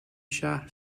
شهر